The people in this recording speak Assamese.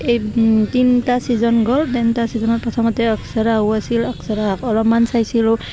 এই তিনিটা ছিজন গ'ল তিনিটা ছিজনত প্ৰথমতে অক্সৰা ও আছিল অক্সৰা অলপমান চাইছিলোঁ